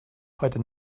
heute